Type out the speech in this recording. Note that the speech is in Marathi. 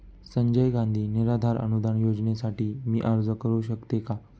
संजय गांधी निराधार अनुदान योजनेसाठी मी अर्ज करू शकते का?